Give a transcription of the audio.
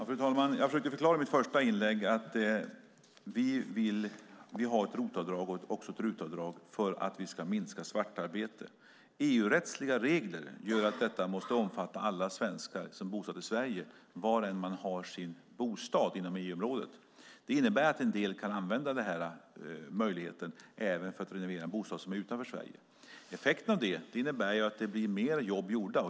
Fru talman! Jag försökte förklara i mitt första inlägg att vi vill ha ett ROT-avdrag och även ett RUT-avdrag för att minska svartarbetet. EU-rättsliga regler gör att detta måste omfatta alla svenskar som är bosatta i Sverige var man än har sin bostad inom EU-området. Det innebär att en del kan använda denna möjlighet även för att renovera en bostad utanför Sverige. Effekten av det är att det blir fler jobb gjorda.